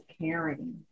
caring